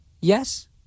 Yes